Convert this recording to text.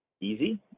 easy